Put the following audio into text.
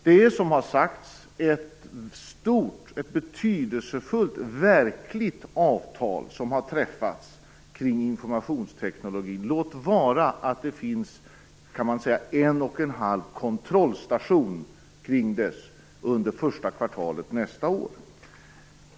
Det är, som har sagts, ett stort och betydelsefullt verkligt avtal som har träffats kring informationsteknik, låt vara att det finns en och en halv kontrollstation, kan man säga, kring detta under första kvartalet nästa år.